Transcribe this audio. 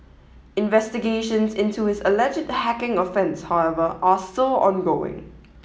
investigations into his alleged hacking offence however are still ongoing